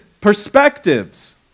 perspectives